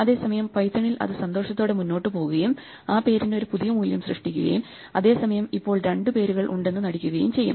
അതേസമയം പൈത്തണിൽ അത് സന്തോഷത്തോടെ മുന്നോട്ട് പോകുകയും ആ പേരിന് ഒരു പുതിയ മൂല്യം സൃഷ്ടിക്കുകയും അതേ സമയം ഇപ്പോൾ രണ്ട് പേരുകൾ ഉണ്ടെന്ന് നടിക്കുകയും ചെയ്യും